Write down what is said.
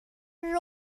road